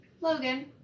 logan